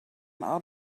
out